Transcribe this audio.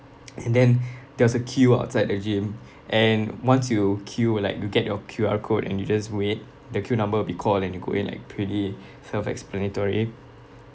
and then there was a queue outside the gym and once you queue like you get your Q_R code and you just wait the queue number will be called and you go in like pretty self explanatory